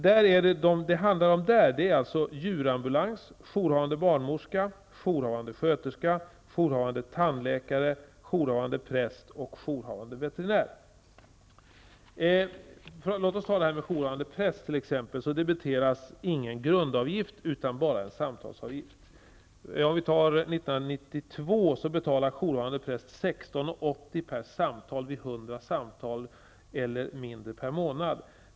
Vad det handlar om där är djurambulans, jourhavande barnmorska, jourhavande sköterska, jourhavande tandläkare, jourhavande präst och jourhavande veterinär. Låt oss ta jourhavande präst som exempel. Här debiteras ingen grundavgift, utan bara en samtalsavgift. 1992 betalar jourhavande präst 16:80 kr. per samtal vid hundra samtal eller mindre per månad.